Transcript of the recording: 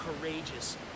Courageous